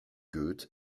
goethe